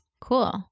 Cool